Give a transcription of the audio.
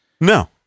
No